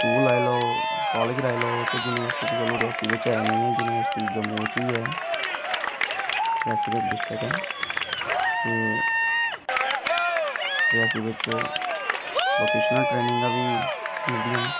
school लेई लैओ college लेई लैओ युनिवर्सटी ते चलो रियासी बिच्च है गै नी ऐ युनिवर्सटी जम्मू बिच्च गै ऐ रियासी ते इक डिस्टिक ऐ ते रियासी बिच्च वोकेशन ट्रेनिंगां बी मिलदियां न